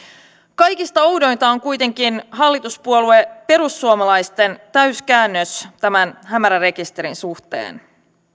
kaikista oudointa on kuitenkin hallituspuolue perussuomalaisten täyskäännös tämän hämärärekisterin suhteen